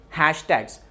hashtags